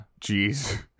Jeez